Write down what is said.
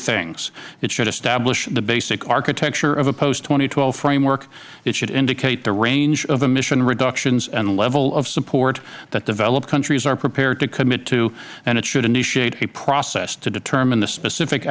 things it should establish the basic architecture of a post two thousand and twelve framework it should indicate the range of emission reductions and level of support that developed countries are prepared to commit to and it should initiate a process to determine the specific